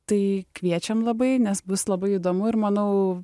tai kviečiam labai nes bus labai įdomu ir manau